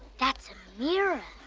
that's a mirror.